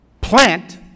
plant